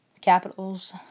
Capitals